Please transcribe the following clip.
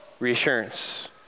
Reassurance